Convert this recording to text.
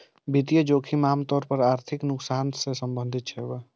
वित्तीय जोखिम आम तौर पर आर्थिक नुकसान सं संबंधित होइ छै